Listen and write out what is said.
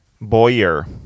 Boyer